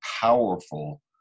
powerful